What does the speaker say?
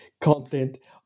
content